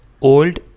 old